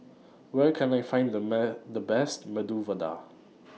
Where Can I Find The The Best Medu Vada